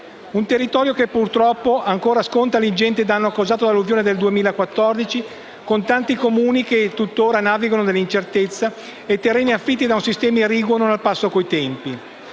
un territorio però che, purtroppo, ancora sconta l'ingente danno causato dall'alluvione del 2014, con tanti Comuni che tuttora navigano nell'incertezza e terreni afflitti da un sistema irriguo non al passo con i tempi.